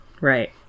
right